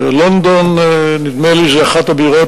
ונדמה לי שלונדון היא אחת הבירות